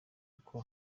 uko